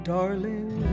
darling